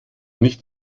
nicht